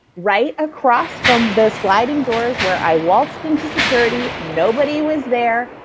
right across from the sliding doors where i waltzed into security. nobody was there.